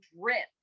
drip